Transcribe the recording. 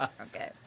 Okay